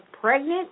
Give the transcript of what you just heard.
pregnant